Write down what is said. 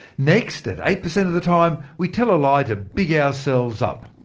next, at eight percent of the time, we tell a lie to big ourselves up.